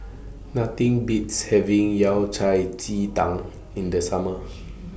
Nothing Beats having Yao Cai Ji Tang in The Summer